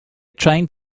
trained